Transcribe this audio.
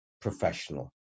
professional